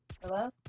Hello